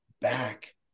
back